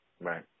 Right